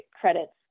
credits